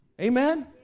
amen